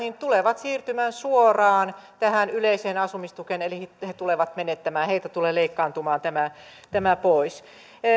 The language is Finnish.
tulevat siirtymään suoraan tähän yleiseen asumistukeen eli he tulevat menettämään heiltä tulee leikkaantumaan tämä tämä pois